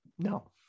No